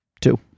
two